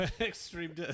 Extreme